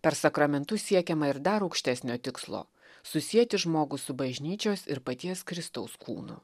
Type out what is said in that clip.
per sakramentus siekiama ir dar aukštesnio tikslo susieti žmogų su bažnyčios ir paties kristaus kūnu